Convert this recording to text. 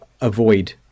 avoid